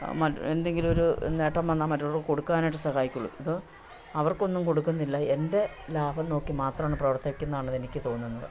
മറ്റ് എന്തെങ്കിലു ഒരു നേട്ടം വന്നാൽ മറ്റുള്ളവർക്ക് കൊടുക്കുവാനായിട്ട് സഹായിക്കുള്ളൂ ഇത് അവർക്കൊന്നും കൊടുക്കുന്നില്ല എൻ്റെ ലാഭം നോക്കി മാത്രമാണ് പ്രവർത്തിക്കുന്നതാണെന്ന് എനിക്ക് തോന്നുന്നത്